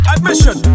Admission